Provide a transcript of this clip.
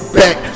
back